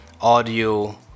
audio